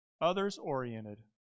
others-oriented